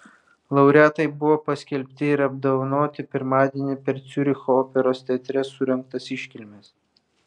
laureatai buvo paskelbti ir apdovanoti pirmadienį per ciuricho operos teatre surengtas iškilmes